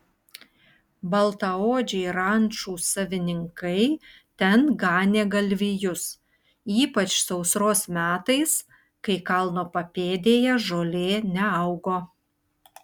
baltaodžiai rančų savininkai ten ganė galvijus ypač sausros metais kai kalno papėdėje žolė neaugo